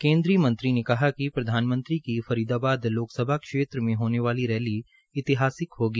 केन्द्रीय मंत्री ने कहा कि प्रधानमंत्री की फरीदाबाद लोकसभा क्षेत्र में होने वाली ऐतिहासिक होगी